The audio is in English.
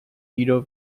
edo